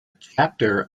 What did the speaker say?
chapter